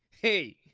hey,